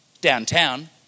downtown